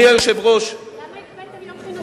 שר האוצר, למה הקפאתם יום חינוך ארוך?